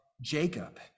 Jacob